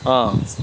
ఆ